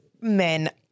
men